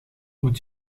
moet